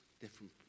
different